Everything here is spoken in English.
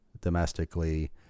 domestically